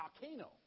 volcano